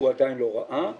הוא עדיין לא ראה אותה.